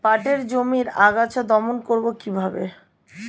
পাটের জমির আগাছা দমন করবো কিভাবে?